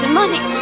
money